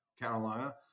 Carolina